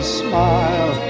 smile